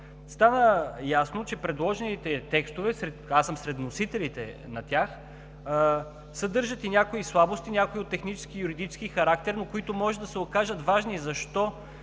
стана ясно, че предложените текстове, аз съм сред вносителите, съдържат и някои слабости, някои от технически и юридически характер, но които може да се окажат важни. Защо?